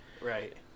Right